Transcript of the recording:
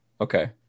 Okay